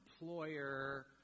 employer